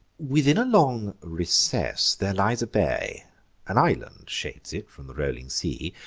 within a long recess there lies a bay an island shades it from the rolling sea,